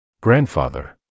Grandfather